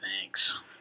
thanks